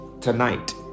tonight